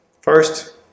First